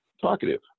talkative